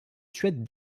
suède